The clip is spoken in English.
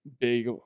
big